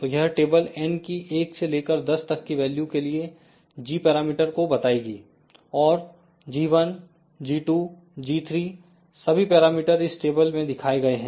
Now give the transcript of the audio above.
तो यह table n की 1 से लेकर 10 तक की वैल्यू के लिए g पैरामीटर को बताएगी और g1 g2 g3 सभी पैरामीटर इस टेबल में दिखाए गए हैं